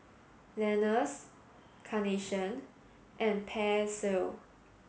Lenas Carnation and Persil